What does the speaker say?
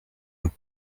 und